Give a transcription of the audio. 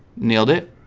nailed it